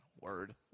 Word